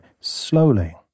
slowly